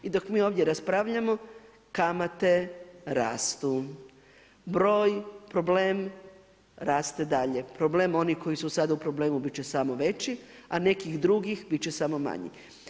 I dok mi ovdje raspravljamo kamate rastu, broj, problem, raste dalje, problem onih koji su sad u problemu biti će samo veći a nekih drugih biti će samo manji.